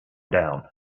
down